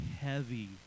heavy